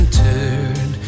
turn